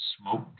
smoke